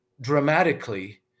dramatically